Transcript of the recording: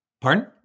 Pardon